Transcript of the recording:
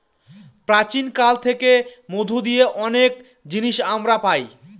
প্রাচীন কাল থেকে মধু দিয়ে অনেক জিনিস আমরা পায়